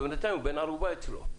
ובינתיים הוא בן ערובה אצלו.